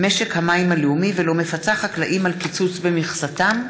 משק המים הלאומי ולא מפצה חקלאים על קיצוץ במכסתם,